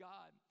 God